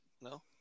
no